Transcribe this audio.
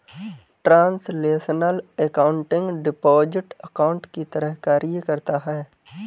translational accounting deposit account की तरह कार्य करता है